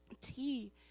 tea